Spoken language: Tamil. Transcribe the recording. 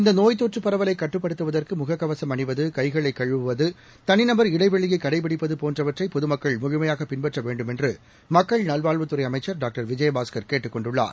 இந்தநோய் தொற்றுபரவலைகட்டுப்படுத்துவதற்குமுககவசம் அணிவது கை களைகழுவுவது தனிநபர் இடைவெளியைகடைபிடிப்பதுபோன்றவற்றைபொதுமக்கள் முழுமையாகபின்பற்றவேண்டுமென்றுமக்கள் நல்வாழ்வுத்துறைஅமைச்சர் டாக்டர் விஜயபாஸ்கர் கேட்டுக் கொண்டுள்ளார்